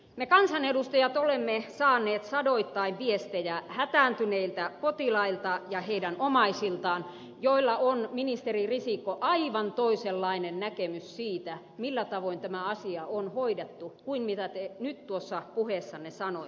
me kansanedustajat olemme saaneet sadoittain viestejä hätääntyneiltä potilailta ja heidän omaisiltaan joilla on ministeri risikko aivan toisenlainen näkemys siitä millä tavoin tämä asia on hoidettu kuin mitä te nyt tuossa puheessanne sanoitte